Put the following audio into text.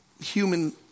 human